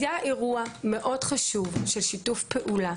היה אירוע חשוב מאוד של שיתוף פעולה